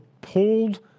pulled